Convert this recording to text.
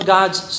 God's